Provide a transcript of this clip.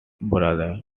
brother